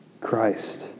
Christ